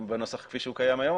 בנוסח כפי שהוא קיים היום,